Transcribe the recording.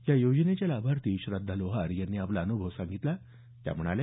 या योजनेच्या लाभार्थी श्रध्दा लोहार यांनी आपला अनुभव सांगितला त्या म्हणाल्या